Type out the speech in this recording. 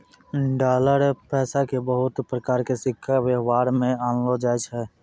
dollar पैसा के बहुते प्रकार के सिक्का वेवहार मे आनलो जाय छै